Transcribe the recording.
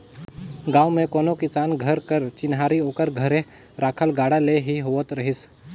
गाँव मे कोनो किसान घर कर चिन्हारी ओकर घरे रखल गाड़ा ले ही होवत रहिस